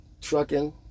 trucking